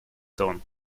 тон